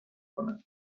کنن